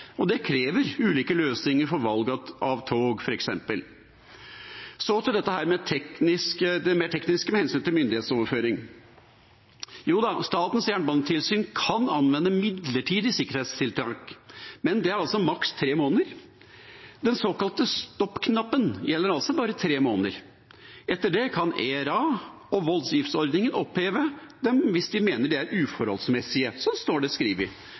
Det krever ulike løsninger for valg av f.eks. tog. Så til det mer tekniske med hensyn til myndighetsoverføring. Jo da, Statens jernbanetilsyn kan anvende midlertidige sikkerhetstiltak, men det er altså maks tre måneder. Den såkalte stoppknappen gjelder altså bare tre måneder. Etter det kan ERA og voldgiftsordningen oppheve dem hvis de mener de er uforholdsmessige. Sånn står det skrevet.